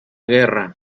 guerra